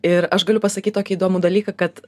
ir aš galiu pasakyt tokį įdomų dalyką kad